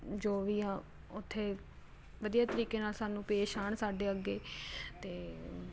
ਜੋ ਵੀ ਆ ਉੱਥੇ ਵਧੀਆ ਤਰੀਕੇ ਨਾਲ ਸਾਨੂੰ ਪੇਸ਼ ਆਉਣ ਸਾਡੇ ਅੱਗੇ ਅਤੇ